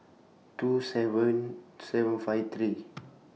two seven seven five three